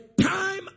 time